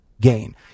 gain